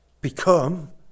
become